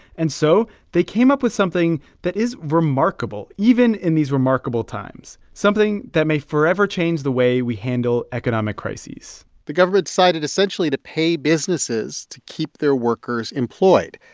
and so they came up with something that is remarkable even in these remarkable times, something that may forever change the way we handle economic crises the government decided, essentially, to pay businesses to keep their workers employed.